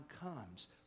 comes